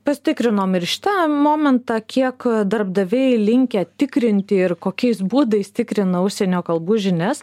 pasitikrinom ir šitą momentą kiek darbdaviai linkę tikrinti ir kokiais būdais tikrina užsienio kalbų žinias